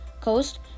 coast